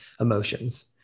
emotions